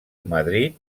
madrid